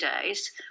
days